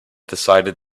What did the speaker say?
decided